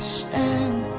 stand